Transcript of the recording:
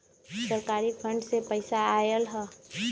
सरकारी फंड से पईसा आयल ह?